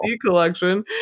collection